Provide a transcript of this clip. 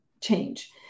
change